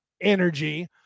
energy